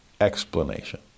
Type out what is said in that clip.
explanation